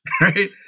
Right